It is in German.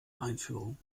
einführung